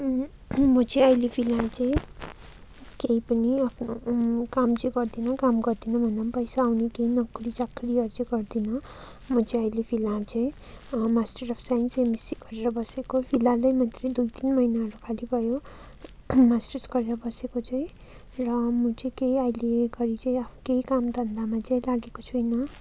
म चाहिँ अहिले फिलहाल चाहिँ केही पनि आफ्नो काम चाहिँ गर्दिनँ काम गर्दिनँ भन्दा पैसा आउने केही नोकरी चाकरीहरू चाहिँ गर्दिनँ म चाहिँ अहिले फिलहाल चाहिँ मास्टर्स अब् साइन्स एमएससी गरेर बसेको फिलहालै मैले दुई तिन महिनाहरू खालि भयो मास्टर्स गरेर बसेको चाहिँ र म चाहिँ केही अहिले घरी चाहिँ आफ केही कामधन्दामा चाहिँ लागेको छुइनँ